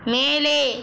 மேலே